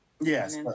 Yes